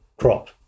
crop